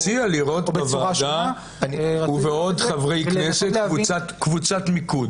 אני מציע לראות בוועדה ובעוד חברי כנסת קבוצת מיקוד.